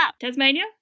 Tasmania